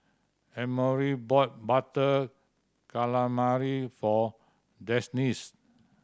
Emory bought Butter Calamari for Denisse